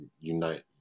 unite